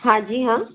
हाँ जी हाँ